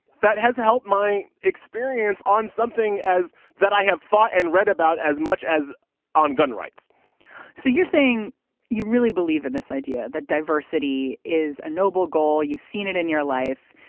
that has helped my experience on something as that i have thought and read about as much as on gun rights so you're saying you really believe in this idea that diversity is a noble goal you've seen it in your life.